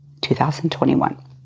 2021